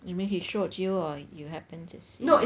you mean he showed you or you happened to see